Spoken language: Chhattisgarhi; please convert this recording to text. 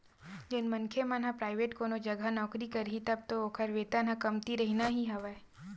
जउन मनखे मन ह पराइवेंट कोनो जघा नौकरी करही तब तो ओखर वेतन ह कमती रहिना ही हवय